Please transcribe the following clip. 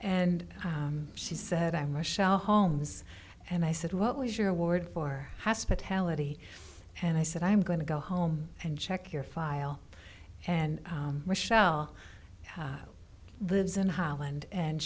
and she said i'm michelle holmes and i said what was your word for hospitality and i said i'm going to go home and check your file and michelle lives in holland and